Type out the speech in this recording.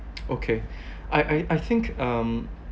okay I I I think um